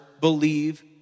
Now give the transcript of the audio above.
believe